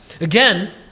Again